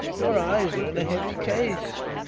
your eyes are in a heavy case,